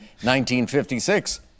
1956